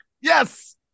Yes